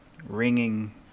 ringing